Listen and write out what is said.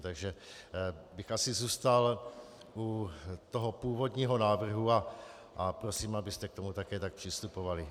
Takže bych asi zůstal u toho původního návrhu a prosím, abyste k tomu také tak přistupovali.